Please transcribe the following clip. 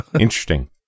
Interesting